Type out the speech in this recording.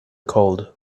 cold